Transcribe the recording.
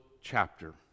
chapter